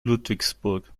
ludwigsburg